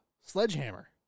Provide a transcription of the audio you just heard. Sledgehammer